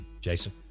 Jason